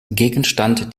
gegenstand